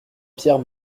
pierre